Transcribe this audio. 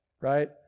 right